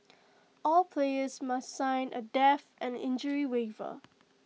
all players must sign A death and injury waiver